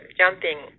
jumping